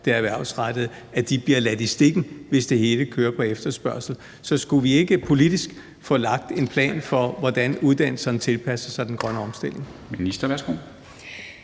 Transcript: de erhvervsrettede kompetencer, bliver ladt i stikken, hvis det hele kører på efterspørgsel? Så skulle vi ikke politisk få lagt en plan for, hvordan uddannelserne tilpasser sig den grønne omstilling?